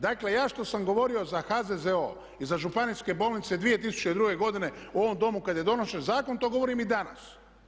Dakle, ja što sam govorio za HZZO i za županijske bolnice 2002. u ovom Domu kad je donošen zakon to govorim i danas.